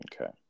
Okay